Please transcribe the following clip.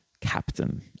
captain